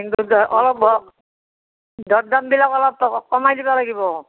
অলপ দৰ দামবিলাক অলপ কমাই দিব লাগিব